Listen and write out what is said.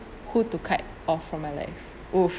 who to cut off from my life !woo!